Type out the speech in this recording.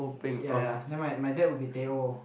ya yeah then my my dad will be teh o